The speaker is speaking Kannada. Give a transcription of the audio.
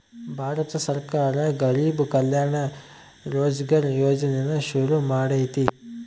ಭಾರತ ಸರ್ಕಾರ ಗರಿಬ್ ಕಲ್ಯಾಣ ರೋಜ್ಗರ್ ಯೋಜನೆನ ಶುರು ಮಾಡೈತೀ